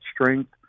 strength